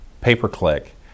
pay-per-click